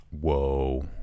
Whoa